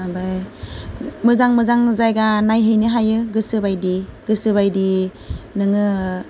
ओमफ्राय मोजां मोजां जायगा नायहैनो हायो गोसो बायदि गोसो बायदि नोङो